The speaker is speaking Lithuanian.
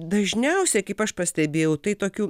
dažniausiai kaip aš pastebėjau tai tokių